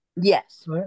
Yes